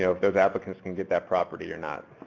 you know if those applicants can get that property or not.